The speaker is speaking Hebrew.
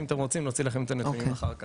נוכל להוציא לכם את הנתונים אחר כך.